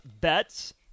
bets